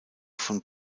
von